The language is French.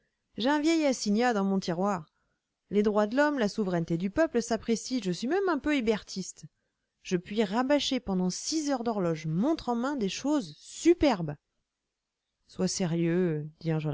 j'ai un vieil assignat dans mon tiroir les droits de l'homme la souveraineté du peuple sapristi je suis même un peu hébertiste je puis rabâcher pendant six heures d'horloge montre en main des choses superbes sois sérieux